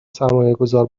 سرمایهگذار